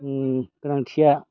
गोनांथिया